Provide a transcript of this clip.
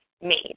made